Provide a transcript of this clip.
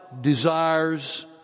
desires